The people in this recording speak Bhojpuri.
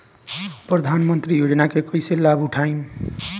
प्रधानमंत्री योजना के कईसे लाभ उठाईम?